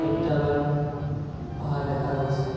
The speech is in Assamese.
প্ৰত্যাহ্বান অহা দেখা গৈছে